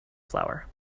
flower